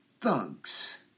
thugs